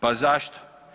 Pa zašto?